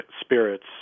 spirits